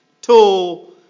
tool